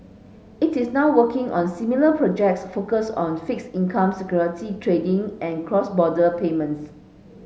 it is now working on similar projects focused on fixed income security trading and cross border payments